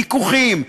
ויכוחים,